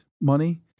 money